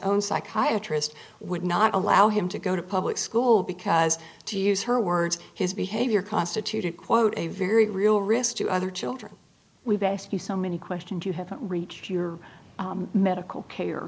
own psychiatry is would not allow him to go to public school because to use her words his behavior constituted quote a very real risk to other children we based you so many question do you have reached your medical care